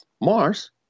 Mars